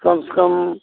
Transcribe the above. कम से कम